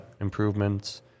improvements